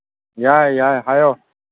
ꯌꯥꯏ ꯌꯥꯏ ꯍꯥꯏꯌꯣ